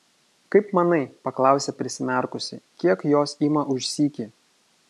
kaip manai paklausė prisimerkusi kiek jos ima už sykį